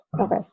Okay